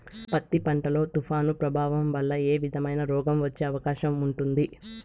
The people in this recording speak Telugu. పత్తి పంట లో, తుఫాను ప్రభావం వల్ల ఏ విధమైన రోగం వచ్చే అవకాశం ఉంటుంది?